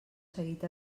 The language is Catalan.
seguit